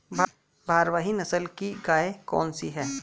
भारवाही नस्ल की गायें कौन सी हैं?